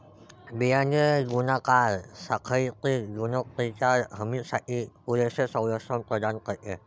बियाणे गुणाकार साखळीतील गुणवत्तेच्या हमीसाठी पुरेसे संरक्षण प्रदान करते